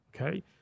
Okay